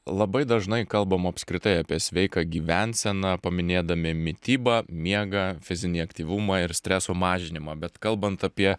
labai dažnai kalbam apskritai apie sveiką gyvenseną paminėdami mitybą miegą fizinį aktyvumą ir streso mažinimą bet kalbant apie